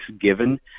given